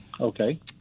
Okay